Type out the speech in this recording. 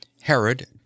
HEROD